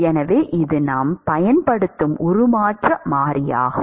எனவே இது நாம் பயன்படுத்தும் உருமாற்ற மாறியாகும்